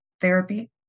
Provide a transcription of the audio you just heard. therapy